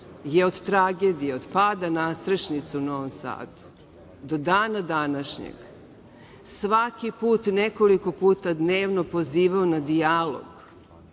je od tragedije, od pada nastrešnice u Novom Sadu do dana današnjeg svaki put nekoliko puta dnevno pozivao na dijalog,